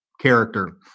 character